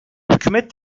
hükümet